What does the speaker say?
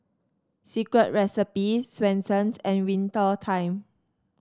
Secret Recipe Swensens and Winter Time